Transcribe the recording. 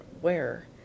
where